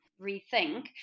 rethink